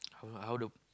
how how to